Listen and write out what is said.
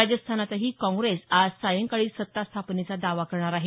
राजस्थानातही काँग्रेस आज सायंकाळी सत्ता स्थापनेचा दावा करणार आहे